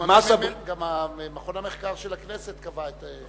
מס הבריאות, גם מכון המחקר של הכנסת קבע את זה.